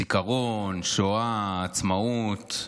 זיכרון, שואה, עצמאות,